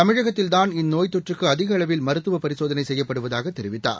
தமிழகத்தில் தான் இந்நோய்த் தொற்றுக்குஅதிகஅளவில் மருத்துவப் பரிசோதனைசெய்யப்படுவதாகதெரிவித்தார்